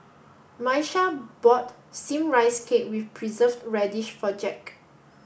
Miesha bought steamed rice cake with preserved radish for Jack